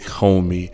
homie